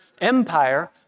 empire